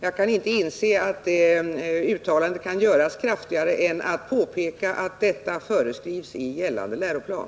Jag kan inte inse att uttalandet kan göras mera kraftfullt än att man påpekar att detta föreskrivs i gällande läroplan.